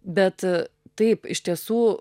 bet taip iš tiesų